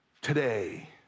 today